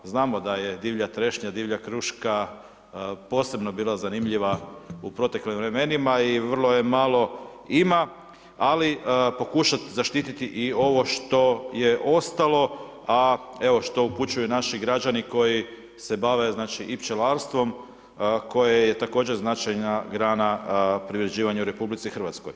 Znamo da je divlja trešnja, divlja kruška posebna bila zanimljiva u proteklim vremenima i vrlo je malo ima, ali, pokušati zaštiti i ovo što je ostalo, a evo, što upućuju i naši građani, koji se bave i pčelarstvom, koje je također značajna grana preuređivanju u RH.